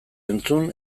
entzun